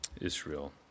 Israel